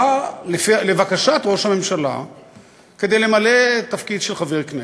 בא לבקשת ראש הממשלה כדי למלא תפקיד של חבר כנסת.